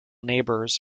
neighbours